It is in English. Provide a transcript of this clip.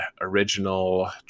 original